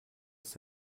ist